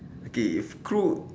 okay if crew